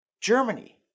Germany